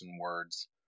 words